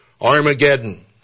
Armageddon